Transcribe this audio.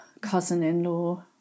cousin-in-law